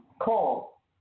call